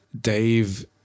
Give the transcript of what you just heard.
Dave